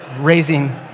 Raising